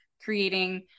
creating